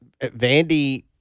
Vandy